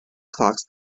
clocks